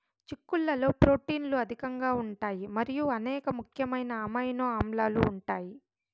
చిక్కుళ్లలో ప్రోటీన్లు అధికంగా ఉంటాయి మరియు అనేక ముఖ్యమైన అమైనో ఆమ్లాలు ఉంటాయి